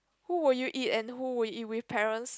who would you eat and who would you eat with parents